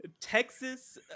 Texas